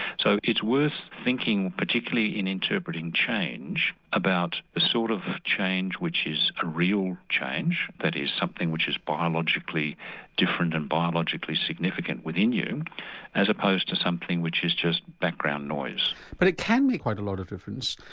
so it's worth thinking particularly in interpreting change about the sort of ah change which is a real change that is something which is biologically different and biologically significant within you as opposed to something which is just background noise. but it can make quite a lot of difference,